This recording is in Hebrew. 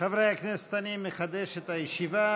חברי הכנסת, אני מחדש את הישיבה.